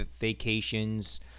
vacations